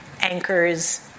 anchors